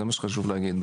זה מה שחשוב להגיד,